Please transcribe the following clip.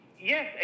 Yes